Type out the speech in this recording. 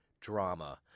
drama